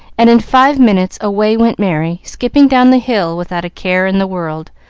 and in five minutes away went merry, skipping down the hill without a care in the world,